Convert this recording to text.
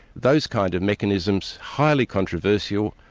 those kinds of mechanisms, highly controversial,